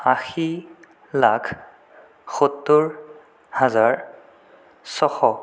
আশী লাখ সত্তৰ হাজাৰ ছশ